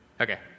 Okay